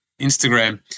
Instagram